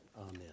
Amen